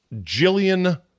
Jillian